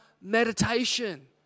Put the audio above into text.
meditation